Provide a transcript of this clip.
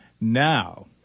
Now